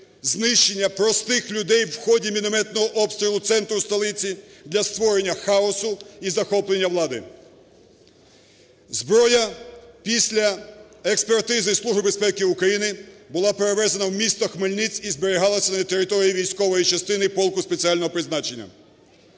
знищення простих людей в ході мінометного обстрілу центру столиці для створення хаосу і захоплення влади. Зброя після експертизи Служби безпеки України була перевезена в місто Хмельницький і зберігалася на території військової частини полку спеціального призначення.